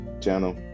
channel